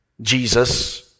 Jesus